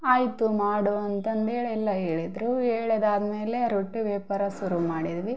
ಆಯಿತು ಮಾಡು ಅಂತಂದು ಹೇಳ್ ಎಲ್ಲ ಹೇಳಿದ್ರು ಹೇಳಿದಾದ್ಮೇಲೆ ರೊಟ್ಟಿ ವ್ಯಾಪಾರ ಶುರು ಮಾಡಿದ್ವಿ